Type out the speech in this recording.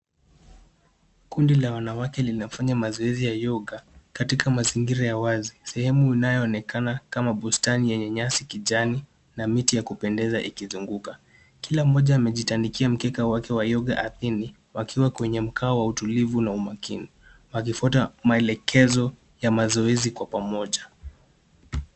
Kundi la wanawake linafanya mazoezi ya yoga , katika mazingira ya wazi. Sehemu inayoonekana kama bustani yenye nyasi kijani, na miti ya kupendeza ikizunguka. Kila mmoja amejitandikia mkeke wake wa yoga ardhini, wakiwa kwenye mkao wa utulivu la umakini, wakifuata maelekezo ya mazoezi kwa pamoja.